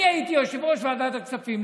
אני הייתי יושב-ראש ועדת הכספים,